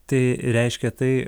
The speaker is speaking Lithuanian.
tai reiškia tai